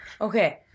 Okay